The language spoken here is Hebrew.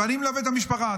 ואני מלווה את המשפחה.